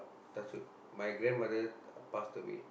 touch wood my grandmother pass away